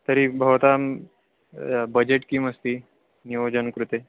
तर्हि भवतां बजेट् किम् अस्ति नियोजनं कृते